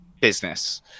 business